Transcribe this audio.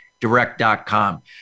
Direct.com